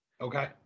Okay